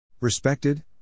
Respected